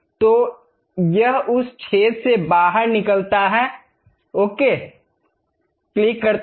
तो यह उस छेद से बाहर निकलता है ओके क्लिक करता है